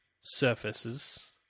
Surfaces